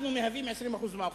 אנחנו מהווים 20% מהאוכלוסייה.